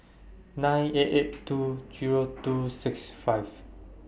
nine eight eight two Zero two six five